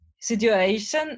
situation